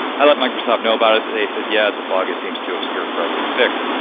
i let microsoft know about it. they said, yeah it's a bug, it seems too obscure for us to fix.